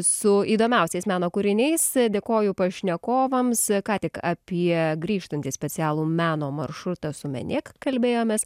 su įdomiausiais meno kūriniais dėkoju pašnekovams ką tik apie grįžtantį specialų meno maršrutą sumenėk kalbėjomės